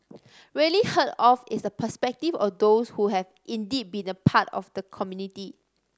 rarely heard of is the perspective of those who have indeed been a part of the community